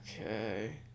Okay